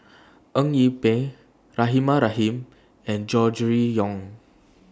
Eng Yee Peng Rahimah Rahim and Gregory Yong